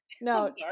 No